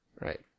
Right